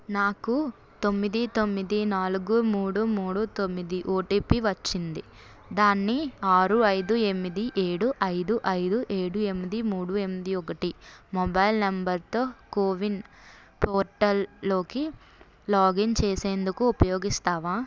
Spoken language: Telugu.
నాకు తొమ్మిది తొమ్మిది నాలుగు మూడు మూడు తొమ్మిది ఓటిపి వచ్చింది దాన్ని ఆరు ఐదు ఎమిది ఏడు ఐదు ఐదు ఏడు ఎమిది మూడు ఎమిది ఒకటి మొబైల్ నంబర్తో కోవిన్ పోర్టల్లోకి లాగిన్ చేసేందుకు ఉపయోగిస్తావా